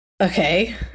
okay